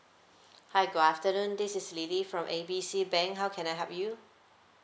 hi good afternoon this is lily from A B C bank how can I help you